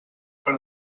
per